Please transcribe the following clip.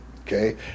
okay